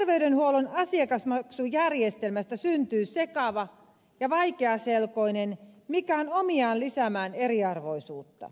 terveydenhuollon asiakasmaksujärjestelmästä tulee sekava ja vaikeaselkoinen mikä on omiaan lisäämään eriarvoisuutta